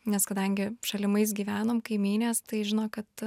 nes kadangi šalimais gyvenom kaimynės tai žino kad